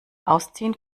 ausziehen